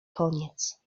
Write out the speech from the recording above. koniec